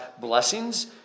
blessings